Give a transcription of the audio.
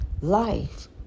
Life